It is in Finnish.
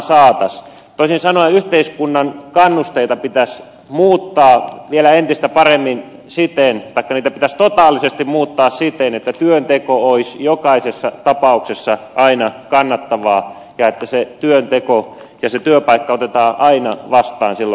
toisin sanoen yhteiskunnan kannusteita pitäisi muuttaa vielä entistä paremmin taikka niitä pitäisi totaalisesti muuttaa siten että työnteko olisi jokaisessa tapauksessa aina kannattavaa ja että se työnteko ja se työpaikka otetaan aina vastaan silloin kun sitä tarjotaan